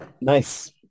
Nice